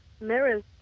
mirrors